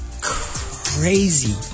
crazy